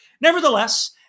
Nevertheless